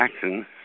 Jackson